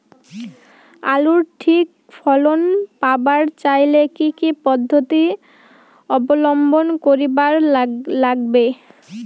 আলুর সঠিক ফলন পাবার চাইলে কি কি পদ্ধতি অবলম্বন করিবার লাগবে?